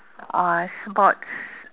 uh sports